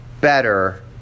better